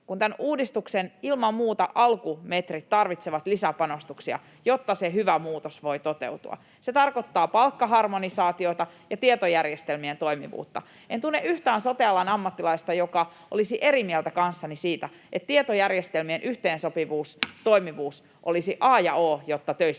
kun tämän uudistuksen alkumetrit ilman muuta tarvitsevat lisäpanostuksia, jotta se hyvä muutos voi toteutua. Se tarkoittaa palkkaharmonisaatiota ja tietojärjestelmien toimivuutta. En tunne yhtään sote-alan ammattilaista, joka olisi eri mieltä kanssani siitä, että tietojärjestelmien yhteensopivuus, ‑toimivuus, olisi a ja o, jotta töissäkin